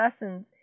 lessons